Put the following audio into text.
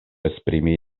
esprimi